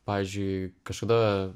pavyzdžiui kažkada